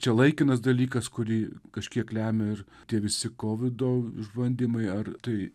čia laikinas dalykas kurį kažkiek lemia ir tie visi kovido išbandymai ar tai